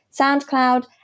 SoundCloud